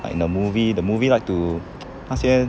in the movie the movie like to 那些